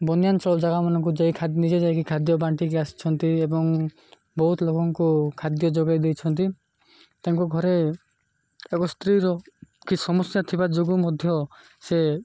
ବନ୍ୟାଞ୍ଚଳ ଜାଗାମାନଙ୍କୁ ଯାଇ ନିଜେ ଯାଇକି ଖାଦ୍ୟ ବାଣ୍ଟିକି ଆସିଛନ୍ତି ଏବଂ ବହୁତ ଲୋକଙ୍କୁ ଖାଦ୍ୟ ଯୋଗାଇ ଦେଇଛନ୍ତି ତାଙ୍କୁ ଘରେ ଏକ ସ୍ତ୍ରୀର କି ସମସ୍ୟା ଥିବା ଯୋଗୁଁ ମଧ୍ୟ ସେ